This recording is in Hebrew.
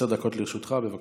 עשר דקות לרשותך, בבקשה.